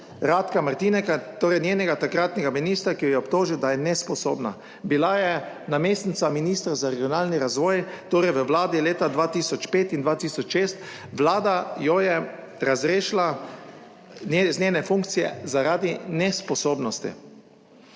Ratka Martineka, torej njenega takratnega ministra, ki jo je obtožil, da je nesposobna. Bila je namestnica ministra za regionalni razvoj, torej v vladi leta 2005 in 2006. Vlada jo je razrešila iz njene funkcije zaradi nesposobnosti.